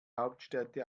hauptstädte